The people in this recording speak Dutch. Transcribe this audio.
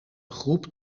groep